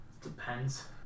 Depends